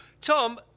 Tom